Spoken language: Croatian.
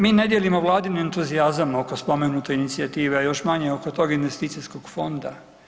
Mi ne dijelimo vladin entuzijazam oko spomenute inicijative, a još manje oko tog Investicijskog fonda.